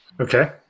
Okay